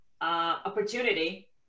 opportunity